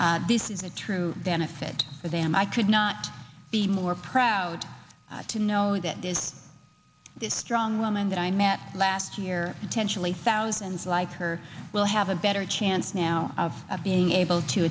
this is a true benefit for them i could not be more proud to know that this this strong woman that i met last year intentionally thousands like her will have a better chance now of being able to